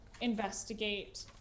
investigate